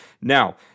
Now